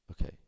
Okay